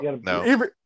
No